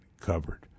covered